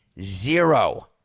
zero